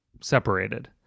separated